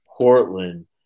Portland